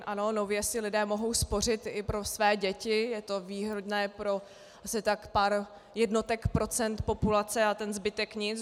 Ano, nově si lidé mohou spořit i pro své děti, je to výhodné pro asi tak pár jednotek procent populace a ten zbytek nic.